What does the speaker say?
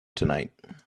tonight